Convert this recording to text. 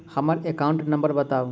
हम्मर account number बताऊ?